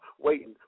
waiting